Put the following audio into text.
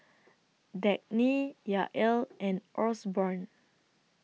Dagny Yael and Osborne